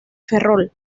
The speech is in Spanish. ferrol